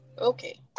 okay